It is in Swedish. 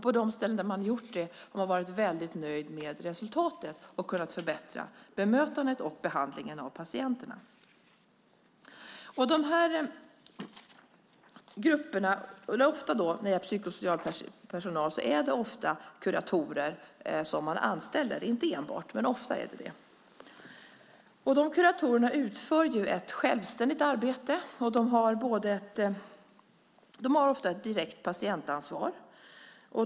På de ställen där man har gjort det har man varit väldigt nöjd med resultatet och kunna förbättra bemötandet och behandlingen av patienterna. När det gäller psykosocial personal är det ofta kuratorer man anställer. Dessa kuratorer utför ett självständigt arbete. De har ofta ett direkt patientansvar.